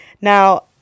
Now